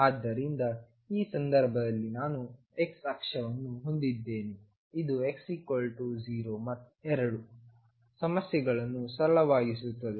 ಆದ್ದರಿಂದ ಈ ಸಂದರ್ಭದಲ್ಲಿ ನಾನು x ಅಕ್ಷವನ್ನು ಹೊಂದಿದ್ದೇನೆ ಇದು x 0 ಮತ್ತು 2 ಸಮಸ್ಯೆಯನ್ನು ಸರಳವಾಗಿಸುತ್ತದೆ